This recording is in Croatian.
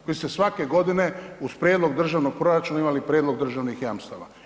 Vi ste svake godine uz prijedlog državnog proračuna imali prijedlog državnih jamstava.